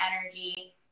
energy